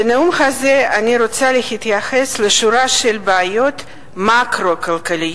בנאום הזה אני רוצה להתייחס לשורה של בעיות מקרו-כלכליות